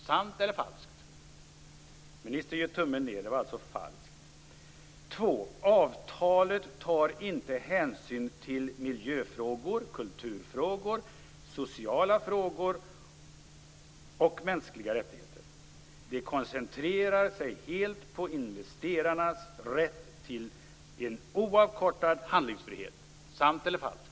Sant eller falskt? Ministern gör tummen ned - det var alltså falskt. För det andra: Avtalet tar inte hänsyn till miljöfrågor, kulturfrågor, sociala frågor och mänskliga rättigheter. Det koncentrerar sig helt på investerarnas rätt till en oavkortad handlingsfrihet. Sant eller falskt?